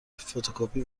فتوکپی